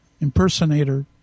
impersonator